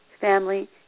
family